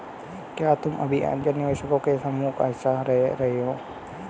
क्या तुम कभी ऐन्जल निवेशकों के समूह का हिस्सा रहे हो?